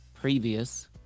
previous